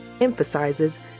emphasizes